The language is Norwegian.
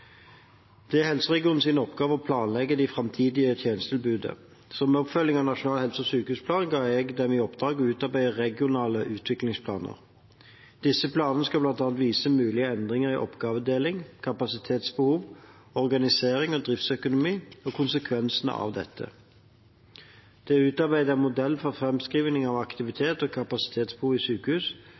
Det er helseregionenes oppgave å planlegge det framtidige tjenestetilbudet. Som en oppfølging av Nasjonal helse- og sykehusplan ga jeg dem i oppdrag å utarbeide regionale utviklingsplaner. Disse planene skal bl.a. vise mulige endringer i oppgavedeling, kapasitetsbehov, organisering og driftsøkonomi – og konsekvensene av dette. Det er utarbeidet en modell for framskriving av aktivitet og kapasitetsbehov i sykehus